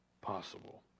possible